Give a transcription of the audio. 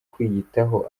kwiyitaho